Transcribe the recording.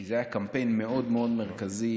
כי זה היה קמפיין מאוד מאוד מרכזי,